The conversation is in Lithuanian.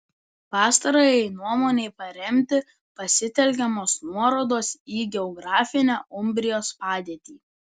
pastarajai nuomonei paremti pasitelkiamos nuorodos į geografinę umbrijos padėtį